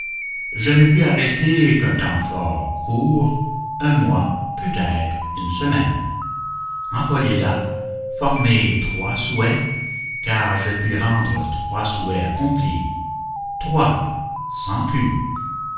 je ne puis arrêter qu'un temps fort court un mois peut-être une semaine employez-la formez trois souhaits car je puis rendre trois souhaits accomplis trois sans plus